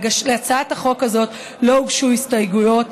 להצעת החוק הזו לא הוגשו הסתייגויות,